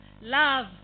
Love